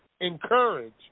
encourage